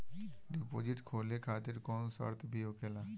Deposit खोले खातिर कौनो शर्त भी होखेला का?